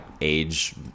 age